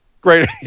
Great